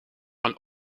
een